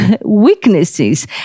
weaknesses